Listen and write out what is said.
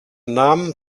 nahm